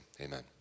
Amen